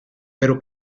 pero